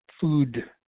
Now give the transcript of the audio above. food